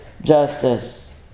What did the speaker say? justice